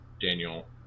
Daniel